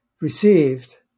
received